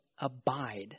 abide